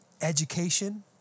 education